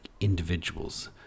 individuals